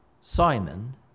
Simon